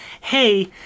hey